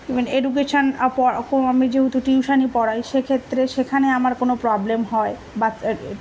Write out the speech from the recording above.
even education আমি যেহেতু টিউশানই পড়াই সেক্ষেত্রে সেখানে আমার কোনো প্রবলেম হয় বা